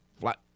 Flat